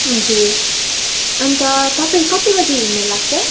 हजुर अन्त तपाईँ कति बजी हिँड्नु लाग्छ